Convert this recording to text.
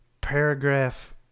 paragraph